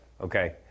Okay